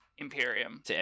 imperium